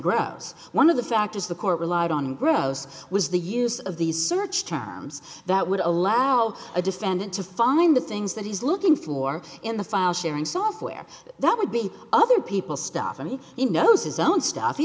grouse one of the factors the court relied on gross was the use of these search terms that would allow a defendant to find the things that he's looking floor in the file sharing software that would be other people stuff and he knows his own stuff he